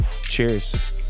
Cheers